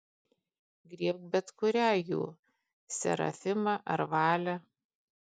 griebk bet kurią jų serafimą ar valę